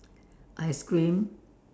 ice cream